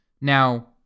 Now